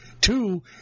Two